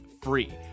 free